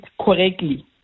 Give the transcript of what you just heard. correctly